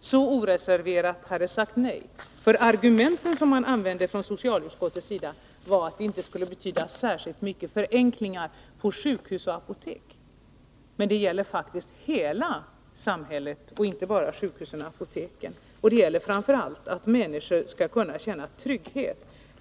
så oreserverat hade sagt nej. Socialutskottets argument för sitt ställningstagande var att den föreslagna förändringen av märkning av läkemedel inte skulle innebära så stora förenklingar på sjukhus och apotek. Men det gäller faktiskt hela samhället och inte bara sjukhusen och apoteken. Och det gäller framför allt att människor skall kunna känna trygghet.